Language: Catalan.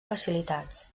facilitats